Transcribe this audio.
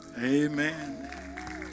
Amen